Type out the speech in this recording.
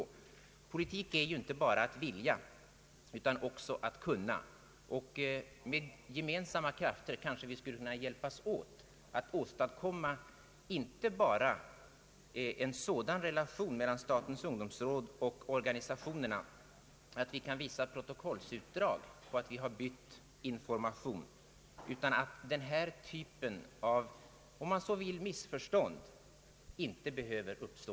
Politik är ju inte bara att vilja utan också att kunna. Med gemensamma krafter kanske vi skulle kunna hjälpas åt att åstadkomma inte bara en sådan relation mellan statens ungdomsråd och organisationerna att vi kan visa protokollsutdrag på utbyte av information, utan att den här typen av, om man så vill, missförstånd behöver uppstå.